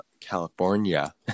California